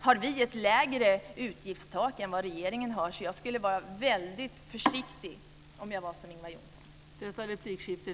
har vi ett lägre utgiftstak än vad regeringen har. Om jag var Ingvar Johnsson skulle jag vara väldigt försiktig.